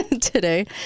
today